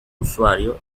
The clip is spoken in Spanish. usuario